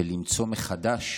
ולמצוא מחדש